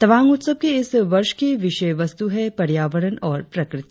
तवांग उत्सव की इस वर्ष की विषयवस्तु है पर्यावरण और प्रकृति